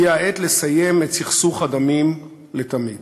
הגיעה העת לסיים את סכסוך הדמים לתמיד.